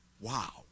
Wow